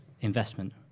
investment